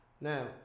Now